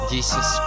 Jesus